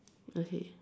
okay